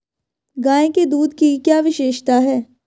गाय के दूध की क्या विशेषता है?